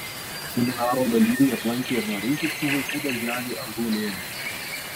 seminaro dalyviai aplankė ir noreikiškių vaikų darželį ąžuolėlis